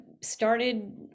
started